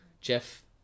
Jeff